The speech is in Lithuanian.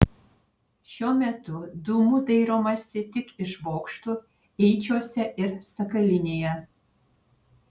šiuo metu dūmų dairomasi tik iš bokštų eičiuose ir sakalinėje